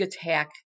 attack